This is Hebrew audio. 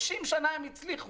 30 שנה הם הצליחו.